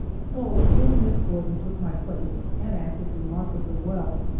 so little miss gordon took my place and acted remarkably well,